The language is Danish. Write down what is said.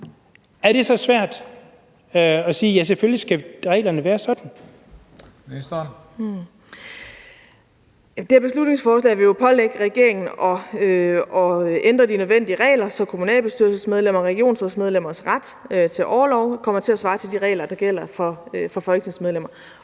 indenrigsministeren (Astrid Krag): Det her beslutningsforslag vil jo pålægge regeringen at ændre de nødvendige regler, så kommunalbestyrelsesmedlemmer og regionsrådsmedlemmers ret til orlov kommer til at svare til de regler, der gælder for folketingsmedlemmer.